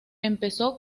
empezó